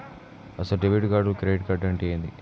అసలు debit card credit card అంటే ఏంది?